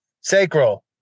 sacral